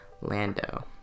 Lando